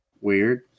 weird